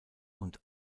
und